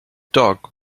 dog